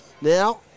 now